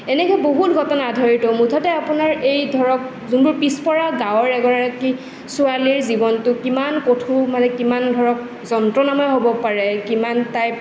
এনেকৈ বহুত ঘটনা আধাৰিত মুঠতে আপোনাৰ এই ধৰক যোনবোৰ পিছপৰা গাঁৱৰ এগৰাকী ছোৱালীৰ জীৱনটো কিমান কঠোৰ মানে কিমান ধৰক যন্ত্ৰণাময় হ'ব পাৰে কিমান তাই